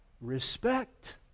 Respect